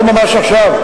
לא ממש עכשיו,